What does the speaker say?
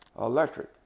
electric